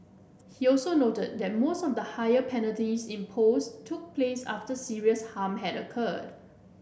he also noted that most of the higher penalties imposed took place after serious harm had occurred